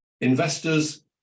investors